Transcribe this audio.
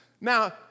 Now